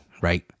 right